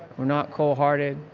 we're not cold-hearted,